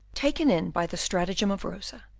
taken in by the stratagem of rosa,